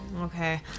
Okay